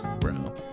bro